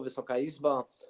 Wysoka Izbo!